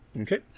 Okay